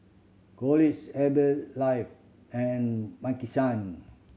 Herbalife and Maki San